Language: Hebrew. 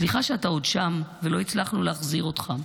סליחה שאתה עוד שם ולא הצלחנו להחזיר אותך.